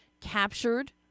captured